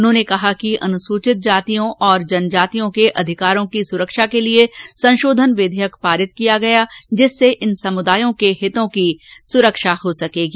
उन्होंने कहा कि अनुसूचित जातियों और अनुसूचित जनजातियों के अधिकारों की सुरक्षा के लिए संशोधन विधेयक पारित किया गया जिससे इन समुदायों के हितों की अधिक सुरक्षा हो सकेगी